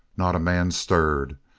not a man stirred.